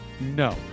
No